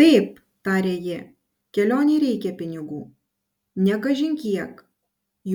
taip tarė ji kelionei reikia pinigų ne kažin kiek